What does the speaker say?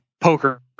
poker